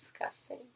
Disgusting